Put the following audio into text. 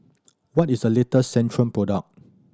what is the latest Centrum product